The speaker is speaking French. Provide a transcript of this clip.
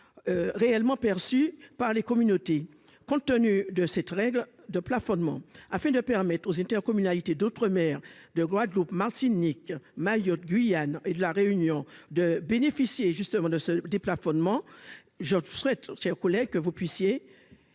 réellement perçu par les communautés, compte tenu de cette règle de plafonnement, afin de permettre aux intercommunalités d'autres maires de Guadeloupe, Martinique Mayotte Guyane et de la réunion de bénéficier justement de ce déplafonnement George Strait ses collègues que vous puissiez